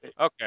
Okay